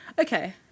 okay